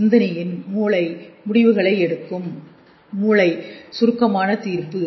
சிந்தனையின் மூளை முடிவுகளை எடுக்கும் மூளை சுருக்கமான தீர்ப்பு